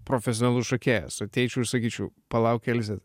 profesionalus šokėjas ateičiau ir sakyčiau palauk elze